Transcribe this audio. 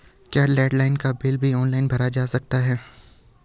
क्या लैंडलाइन का बिल भी ऑनलाइन भरा जा सकता है?